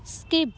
skip